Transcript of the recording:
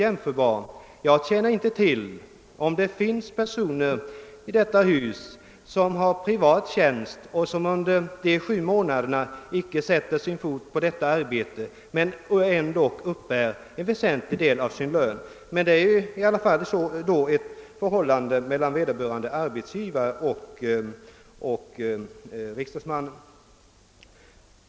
Jag känner inte till om det finns personer i detta hus som har privat tjänst och som under de sju sessionsmånaderna här inte sätter sin fot på sin andra arbetsplats men ändå uppbär en väsentlig del av sin lön där. Men om så är, så är det ett förhållande mellan vederbörande arbetsgivare och riksdagsmannen.